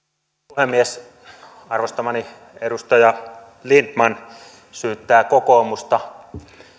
puhemies arvostamani edustaja lindtman syyttää kokoomusta